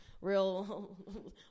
Real